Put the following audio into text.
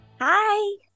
Hi